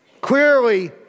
Clearly